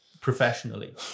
professionally